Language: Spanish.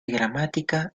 gramática